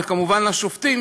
וכמובן לשופטים,